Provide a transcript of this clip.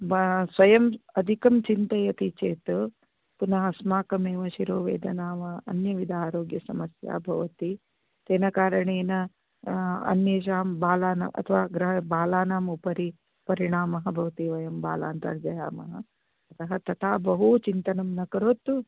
वा स्वयम् अधिकं चिन्तयति चेत् पुनः अस्माकम् एव शिरो वेदना वा अन्यविधाः आरोग्य समस्या भवति तेन कारणेन अन्येषां बालानां अथवा बालानाम् उपरि परिणामः भवति एवं बालान् तर्जयामः अतः तथा बहूचिन्तनं न करोतु